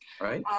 right